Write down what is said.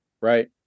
Right